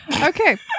Okay